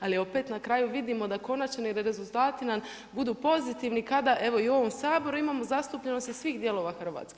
Ali opet na kraju vidimo da konačni rezultati nam budu pozitivni kada evo i u ovom Saboru imamo zastupljenost iz svih dijelova Hrvatske.